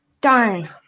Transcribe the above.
darn